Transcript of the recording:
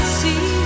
see